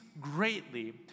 greatly